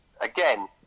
again